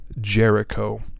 Jericho